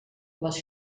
les